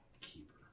keeper